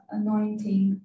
anointing